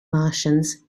martians